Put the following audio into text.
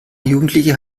jugendliche